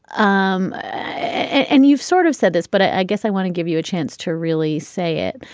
um and you've sort of said this but i guess i want to give you a chance to really say it.